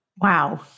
Wow